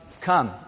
come